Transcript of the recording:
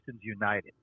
United